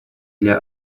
для